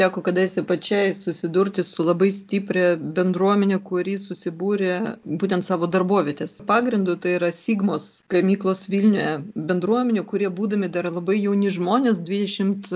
teko kadaise pačiai susidurti su labai stipria bendruomene kuri susibūrė būtent savo darbovietės pagrindu tai yra sigmos gamyklose vilniuje bendruomenė kurie būdami dar labai jauni žmonės dvidešimt